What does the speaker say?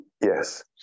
yes